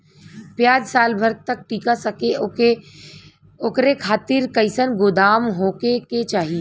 प्याज साल भर तक टीका सके ओकरे खातीर कइसन गोदाम होके के चाही?